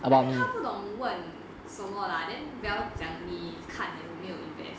I think 她不懂问什么 lah then vel 讲你看了没有 invest